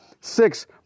Six